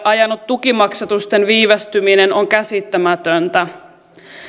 ajanut tukimaksatusten viivästyminen on käsittämätöntä